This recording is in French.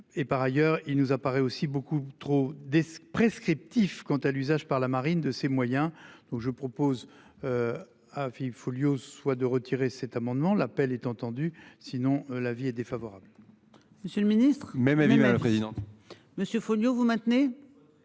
Et par ailleurs il nous apparaît aussi beaucoup trop d'prescriptif quant à l'usage par la marine de ses moyens. Donc je propose. À Philippe Folliot, soit de retirer cet amendement. L'appel est entendu, sinon l'avis est défavorable. Monsieur le Ministre mais mais oui mais présidente. Monsieur Folliot, vous maintenez.